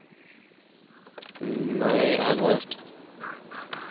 ᱱᱚᱭᱮ ᱟᱜᱚᱥᱴ